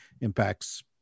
impacts